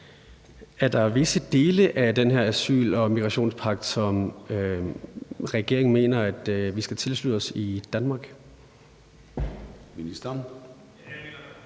Er der visse dele af den her asyl- og migrationspagt, som regeringen mener vi i Danmark